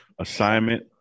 Assignment